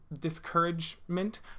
discouragement